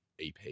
EP